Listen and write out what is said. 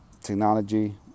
technology